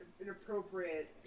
inappropriate